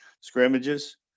scrimmages